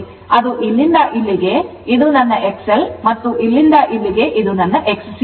ಆದ್ದರಿಂದ ಇದು ಇಲ್ಲಿಂದ ಇಲ್ಲಿಗೆ ಇದು ನನ್ನ XL ಮತ್ತು ಇಲ್ಲಿಂದ ಇಲ್ಲಿಗೆ ಇದು XC